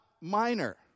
minor